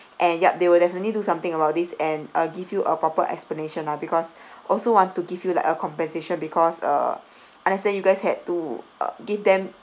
and yup they will definitely do something about this and I'll give you a proper explanation ah because also want to give you like a compensation because uh understand you guys had to uh give them